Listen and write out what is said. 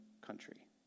country